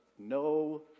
no